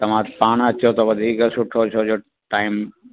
तव्हां पाणि अचो त वधीक सुठो छो जो टाइम